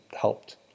helped